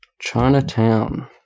Chinatown